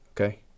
okay